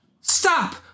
Stop